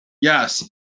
Yes